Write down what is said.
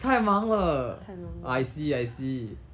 太忙了 I see I see